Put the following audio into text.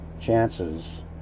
chances